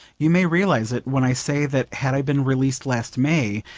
you may realise it when i say that had i been released last may,